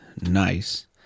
nice